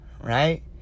right